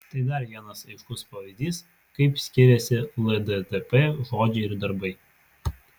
tai dar vienas aiškus pavyzdys kaip skiriasi lddp žodžiai ir darbai